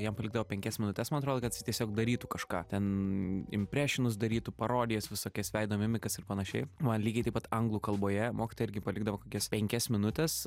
jam palikdavo penkias minutes man atrodo kad jis tiesiog darytų kažką ten imprešinus darytų parodijas visokias veido mimikas ir panašiai man lygiai taip pat anglų kalboje mokytoja irgi palikdavo kokias penkias minutes